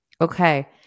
Okay